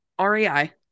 REI